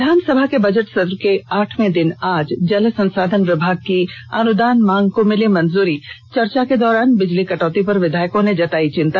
विधानसभा के बजट सत्र के आठवें दिन आज जल संसाधन विभाग की अनुदान मांग को मिली मंजूरी चर्चा के दौरान बिजली कटौती पर विधायकों ने जताई चिंता